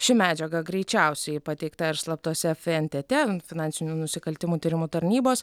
ši medžiaga greičiausiai pateikta ir slaptose fntt finansinių nusikaltimų tyrimų tarnybos